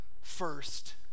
First